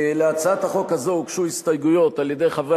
להצעת החוק הזאת הוגשו הסתייגויות על-ידי חברי